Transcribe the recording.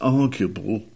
arguable